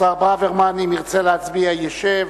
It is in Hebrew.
השר ברוורמן, אם ירצה להצביע ישב,